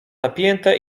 napięte